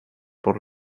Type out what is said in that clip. por